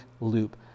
loop